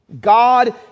God